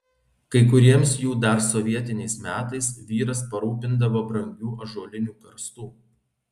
kai kuriems jų dar sovietiniais metais vyras parūpindavo brangių ąžuolinių karstų